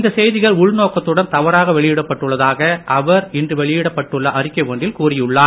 இந்த செய்திகள் உள்நோக்கத்துடன் தவறாக வெளியிடப்பட்டுள்ளதாக அவர் இன்று வெளியிடப்பட்டுள்ள அறிக்கை ஒன்றில் கூறியுள்ளார்